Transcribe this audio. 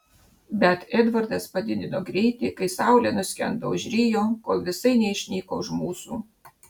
bet edvardas padidino greitį kai saulė nuskendo už rio kol visai neišnyko už mūsų